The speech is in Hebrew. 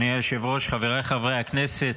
אדוני היושב-ראש, חבריי חברי הכנסת,